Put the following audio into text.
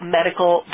Medical